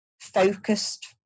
focused